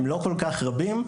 הם לא כל כך רבים,